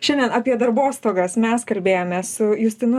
šiandien apie darbostogas mes kalbėjomės su justinu